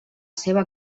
seva